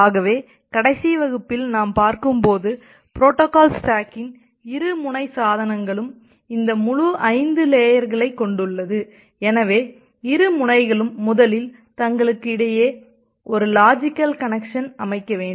ஆகவே கடைசி வகுப்பில் நாம் பார்க்கும்போது புரோட்டோகால் ஸ்டாக்கின் இரு முனை சாதனங்களும் இந்த முழு 5 லேயர்களைக் கொண்டுள்ளது எனவே இரு முனைகளும் முதலில் தங்களுக்கு இடையே ஒரு லாஜிக்கல் கனெக்சன் அமைக்க வேண்டும்